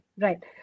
Right